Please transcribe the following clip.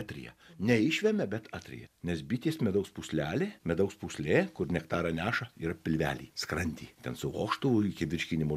atryja ne išvemia bet atryja nes bitės medaus pūslelė medaus pūslė kur nektarą neša yra pilvely skrandy ten su vožtuvu iki virškinimo